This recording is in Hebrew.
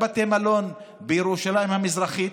גם בתי מלון בירושלים המזרחית,